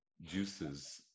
juices